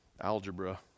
algebra